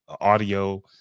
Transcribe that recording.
audio